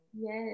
Yes